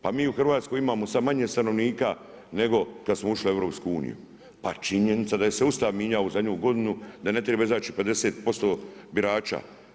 Pa mi u Hrvatskoj imamo sada manje stanovnika, nego kad smo ušli u EU, pa činjenica da je se Ustav mijenjao u zadnju godinu, da ne treba izaći 50% birača.